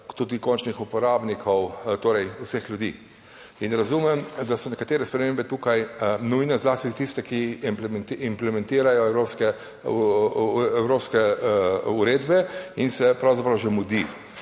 tudi končnih uporabnikov, torej vseh ljudi in razumem, da so nekatere spremembe tukaj nujne, zlasti za tiste, ki implementirajo evropske evropske uredbe. in se pravzaprav že mudi.